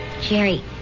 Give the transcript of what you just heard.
Jerry